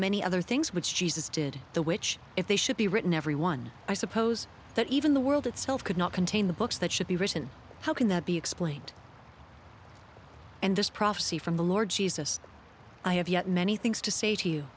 many other things which jesus did the which if they should be written every one i suppose that even the world itself could not contain the books that should be written how can that be explained and this prophecy from the lord jesus i have yet many things to say to you